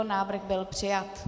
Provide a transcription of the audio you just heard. Návrh byl přijat.